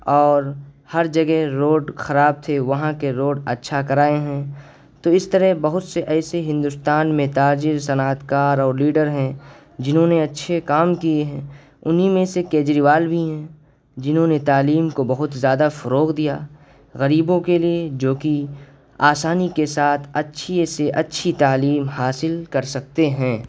اور ہر جگہ روڈ خراب تھے وہاں کے روڈ اچھا کرائے ہیں تو اس طرح بہت سے ایسے ہندوستان میں تاجر صنعت کار اور لیڈر ہیں جنہوں نے اچھے کام کیے ہیں انہیں میں سے کیجروال بھی ہیں جنہوں نے تعلیم کو بہت زیادہ فروغ دیا غریبوں کے لیے جو کہ آسانی کے ساتھ اچھی سے اچھی تعلیم حاصل کر سکتے ہیں